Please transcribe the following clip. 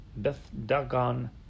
Bethdagon